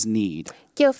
need